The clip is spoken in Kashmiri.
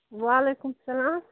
وعلیکُم سلام